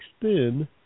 extend